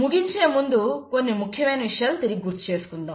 ముగించే ముందు కొన్ని ముఖ్యమైన విషయాలను తిరిగి గుర్తుచేసుకుందాం